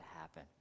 happen